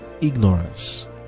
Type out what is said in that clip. ignorance